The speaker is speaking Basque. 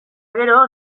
gero